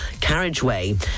carriageway